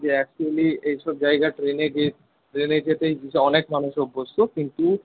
যে অ্যাকচুলি এইসব জায়গা ট্রেনে গিয়ে ট্রেনে যেতেই অনেক মানুষ অভ্যস্ত কিন্তু